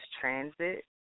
transit